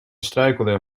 struikelde